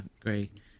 great